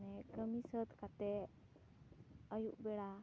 ᱠᱟᱹᱢᱤ ᱥᱟᱹᱛ ᱠᱟᱛᱮ ᱟᱭᱩᱵ ᱵᱮᱲᱟ